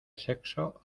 sexo